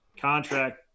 contract